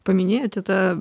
paminėjote tą